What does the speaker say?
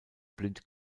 blind